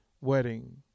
wedding